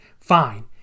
fine